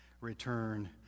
return